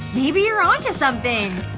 maybe you're onto something!